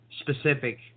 specific